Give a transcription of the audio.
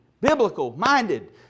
biblical-minded